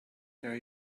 there